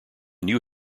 new